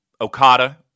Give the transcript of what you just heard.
Okada